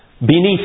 beneath